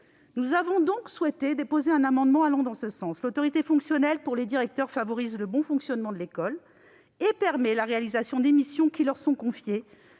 Nous avons donc souhaité déposer un amendement en ce sens. L'autorité fonctionnelle pour les directeurs favorise le bon fonctionnement de l'école et permet la réalisation des missions qui leur sont confiées